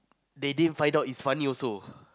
they didn't find out it's funny also